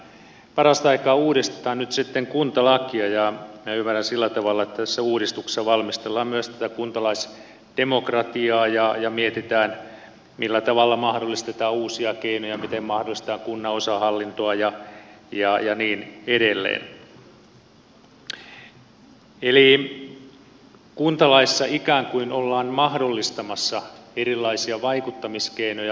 parasta aikaa uudistetaan nyt sitten kuntalakia ja minä ymmärrän sillä tavalla että tässä uudistuksessa valmistellaan myös tätä kuntalaisdemokratiaa ja mietitään millä tavalla mahdollistetaan uusia keinoja miten mahdollistetaan kunnanosahallintoa ja niin edelleen eli kuntalaissa ikään kuin ollaan mahdollistamassa erilaisia vaikuttamiskeinoja